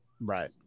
right